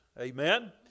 Amen